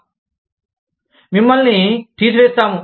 మేము మిమ్మల్ని తీసివేస్తాము